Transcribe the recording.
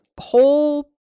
whole